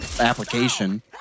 application